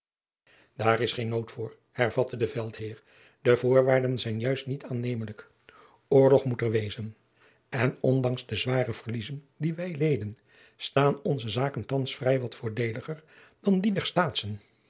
daar is geen nood voor hervatte de veldheer de voorwaarden zijn juist niet zeer aannemelijk oorlog moet er wezen en ondanks de zware verliezen die wij leden staan onze zaken thands vrij wat voordeeliger dan die